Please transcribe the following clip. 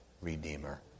Redeemer